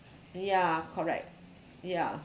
ya correct ya